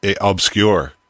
obscure